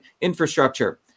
infrastructure